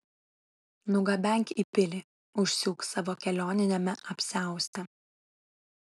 nugabenk į pilį užsiūk savo kelioniniame apsiauste